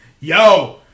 Yo